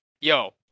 Yo